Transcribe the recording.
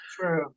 True